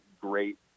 great